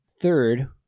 third